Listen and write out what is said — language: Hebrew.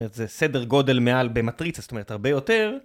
זה סדר גודל מעל במטריצה, זאת אומרת, הרבה יותר.